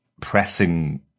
pressing